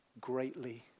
greatly